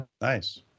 Nice